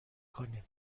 کنیم